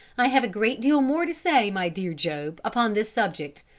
i have a great deal more to say, my dear job, upon this subject,